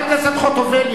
חברת הכנסת חוטובלי,